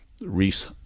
Reese